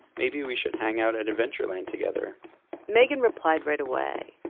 maybe we should hang out at adventure land together megan replied right away.